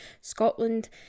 Scotland